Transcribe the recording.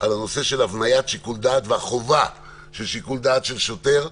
על הנושא של הבניית שיקול דעת והחובה של שיקול דעת של שוטר.